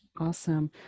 Awesome